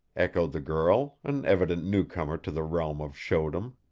echoed the girl an evident newcomer to the realm of showdom.